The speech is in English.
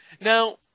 Now